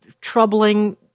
troubling